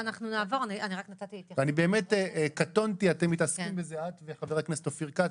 קטונתי, אתם מתעסקים בזה את וחבר הכנסת אופיר כץ